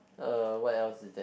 uh what else is there